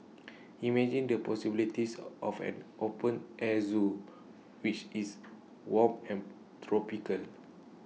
imagine the possibilities of an open air Zoo which is warm and tropical